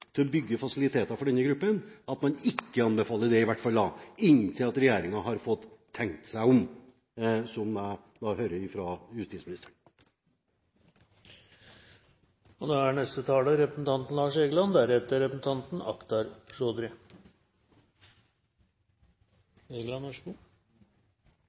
til å bygge fasiliteter for denne gruppen, at man da i hvert fall ikke anbefaler det, inntil regjeringen har fått tenkt seg om – som jeg hører fra justisministeren. Det er,